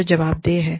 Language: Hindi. जो जवाबदेह है